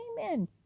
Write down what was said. Amen